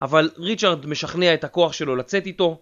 אבל ריצ'רד משכנע את הכוח שלו לצאת איתו